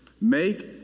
Make